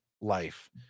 life